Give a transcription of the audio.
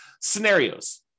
scenarios